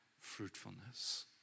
fruitfulness